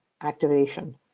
activation